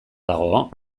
dago